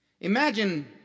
Imagine